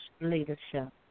Leadership